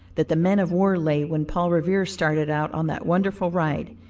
that the men-of-war lay when paul revere started out on that wonderful ride,